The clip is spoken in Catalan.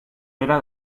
pere